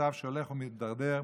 מצב שהולך ומידרדר,